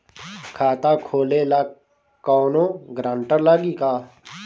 खाता खोले ला कौनो ग्रांटर लागी का?